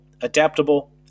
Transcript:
adaptable